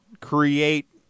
create